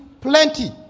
plenty